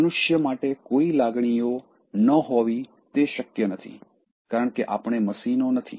તેથી મનુષ્ય માટે કોઈ લાગણીઓ ન હોવી તે શક્ય નથી કારણ કે આપણે મશીનો નથી